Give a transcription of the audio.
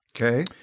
Okay